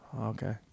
Okay